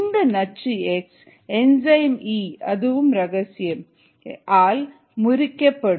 இந்த நச்சு X enzyme E அதுவும் ரகசியம் ஆல் முறிக்கப்படும்